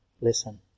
Listen